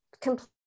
complete